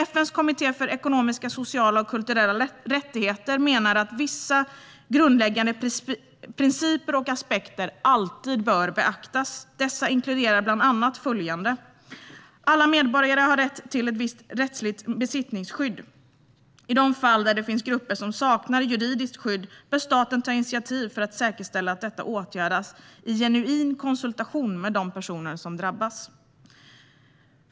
FN:s kommitté för ekonomiska, sociala och kulturella rättigheter menar att vissa grundläggande principer och aspekter alltid bör beaktas. Dessa inkluderar bland annat följande: Alla medborgare har rätt till ett visst rättsligt besittningsskydd. I de fall där det finns grupper som saknar juridiskt skydd bör staten ta initiativ för att säkerställa att detta åtgärdas, i genuin konsultation med de personer som drabbas.